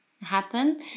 happen